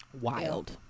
Wild